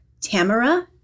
Tamara